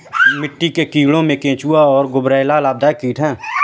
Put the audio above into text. मिट्टी के कीड़ों में केंचुआ और गुबरैला लाभदायक कीट हैं